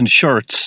shirts